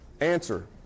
answer